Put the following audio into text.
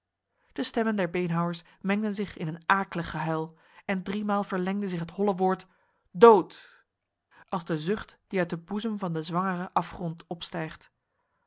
de stemmen der beenhouwers mengden zich in een aaklig gehuil en driemaal verlengde zich het holle woord dood als de zucht die uit de boezem van de zwangere afgrond opstijgt